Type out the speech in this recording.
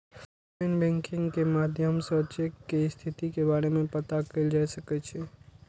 online banking के माध्यम सं चेक के स्थिति के बारे मे पता कैल जा सकै छै